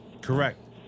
Correct